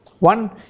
One